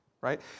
Right